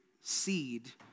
seed